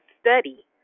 study